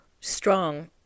strong